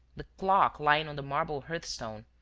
the clock lying on the marble hearth-stone,